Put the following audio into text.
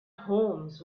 homes